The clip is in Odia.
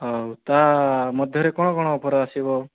ଆଉ ତା' ମଧ୍ୟରେ କ'ଣ କ'ଣ ଅଫର ଆସିବ